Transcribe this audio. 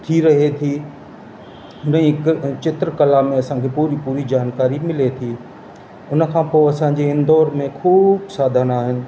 कीअं रहे थी हुन जी हिकु चित्र कला में असांखे पूरी पूरी जानकारी मिले थी उन खां पोइ असां जीअं इंदौर में ख़ूबु साधन आहिनि